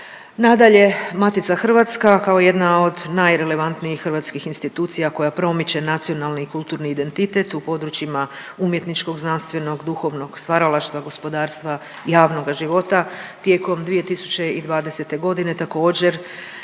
Nadalje, Matica hrvatska kao jedna od najrelevantnijih hrvatskih institucija koja promiče nacionalni i kulturni identitet u područjima umjetničkog, znanstvenog, duhovnog stvaralaštva, gospodarstva, javnoga života tijekom 2020. godine